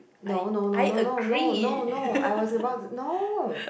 no no no no no no no no I was about no